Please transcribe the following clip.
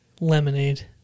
lemonade